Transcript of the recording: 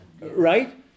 right